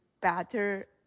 better